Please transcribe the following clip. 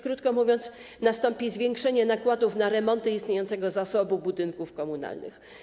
Krótko mówiąc, nastąpi zwiększenie nakładów na remonty istniejącego zasobu budynków komunalnych.